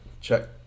Check